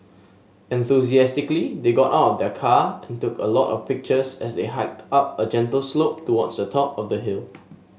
enthusiastically they got of the car and took a lot of pictures as they hiked up a gentle slope towards the top of the hill